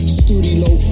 studio